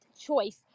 choice